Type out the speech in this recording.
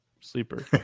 sleeper